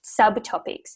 subtopics